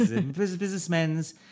Businessmen's